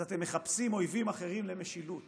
אז אתם מחפשים אויבים אחרים למשילות